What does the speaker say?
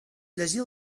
llegir